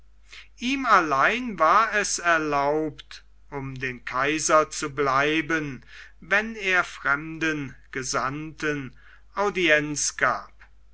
ihm allein war es erlaubt um den kaiser zu bleiben wenn er fremden gesandten audienz gab